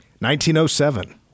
1907